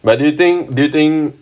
but do you think do you think